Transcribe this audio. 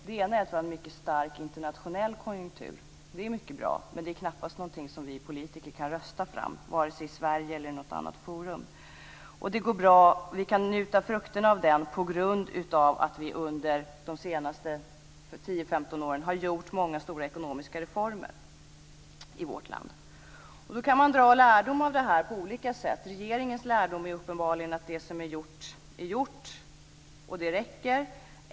Det ena är att vi har en mycket stark internationell konjunktur. Det är mycket bra, men det är knappast någonting som vi politiker kan rösta fram vare sig i Sverige eller i något annat forum. Vi kan njuta frukterna av den på grund av att vi under de senaste 10-15 åren har gjort många stora ekonomiska reformer i vårt land. Man kan dra lärdom av detta på olika sätt. Regeringens lärdom är uppenbarligen att det som är gjort är gjort, och det räcker.